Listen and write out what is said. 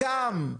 טווחים,